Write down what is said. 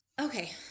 Okay